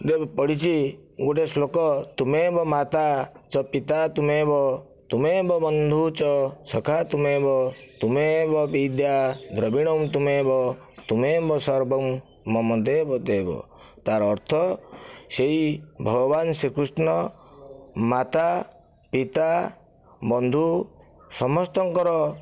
ପଢ଼ିଛି ଗୋଟିଏ ଶ୍ଳୋକ ତୁମେ ବ ମାତା ଚ ପିତା ତୁମେବ ତୁମେ ବ ବନ୍ଧୁ ଚ ସଖା ତୁମେବ ତୁମେ ବ ବିଦ୍ୟା ଦ୍ରବିଡ଼ଙ୍ଗ ତୁମେବ ତୁମେ ବ ସର୍ବମ ମମ ଦେବ ଦେବ ତାର ଅର୍ଥ ସେହି ଭଗବାନ ଶ୍ରୀକୃଷ୍ଣ ମାତା ପିତା ବନ୍ଧୁ ସମସ୍ତଙ୍କର